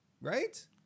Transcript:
right